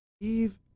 Eve